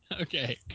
Okay